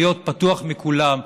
צריך להיות פתוח לכולם,